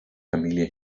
familie